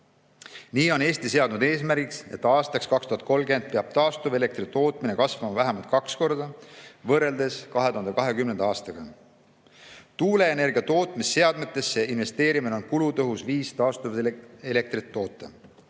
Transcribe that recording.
Nii on Eesti seadnud eesmärgiks, et aastaks 2030 peab taastuvelektri tootmine kasvama vähemalt kaks korda võrreldes 2020. aastaga. Tuuleenergia tootmise seadmetesse investeerimine on kulutõhus viis taastuvelektrit toota.